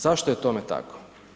Zašto je tome tako?